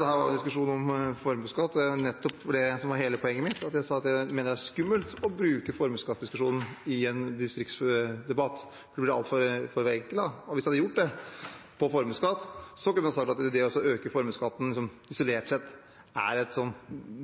var en diskusjon om formuesskatt, og det var nettopp det som var hele poenget mitt, at jeg sa at jeg mener det er skummelt å bruke formuesskattdiskusjonen i en distriktsdebatt, for det blir altfor forenklet. Hvis vi hadde gjort det på formuesskatt, kunne vi sagt at det å øke formuesskatten isolert sett er en